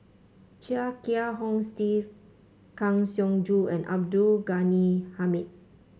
Chia Kiah Hong Steve Kang Siong Joo and Abdul Ghani Hamid